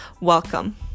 Welcome